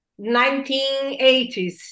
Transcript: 1980s